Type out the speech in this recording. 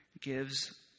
gives